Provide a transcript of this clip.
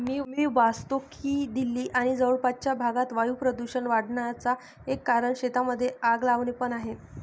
मी वाचतो की दिल्ली आणि जवळपासच्या भागात वायू प्रदूषण वाढन्याचा एक कारण शेतांमध्ये आग लावणे पण आहे